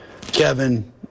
Kevin